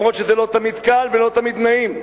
גם אם זה לא תמיד קל ולא תמיד נעים,